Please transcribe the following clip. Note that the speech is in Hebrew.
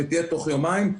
שתהיה תוך יומיים,